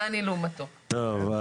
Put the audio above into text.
טוב,